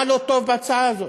מה לא טוב בהצעה הזאת?